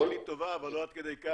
הראייה שלי טובה, אבל לא עד כדי כך.